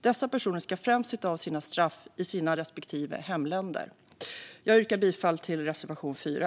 Dessa personer ska främst sitta av sina straff i sina respektive hemländer. Jag yrkar bifall till reservation 4.